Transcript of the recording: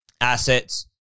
assets